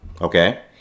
Okay